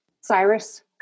Cyrus